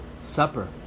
Supper